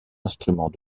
instruments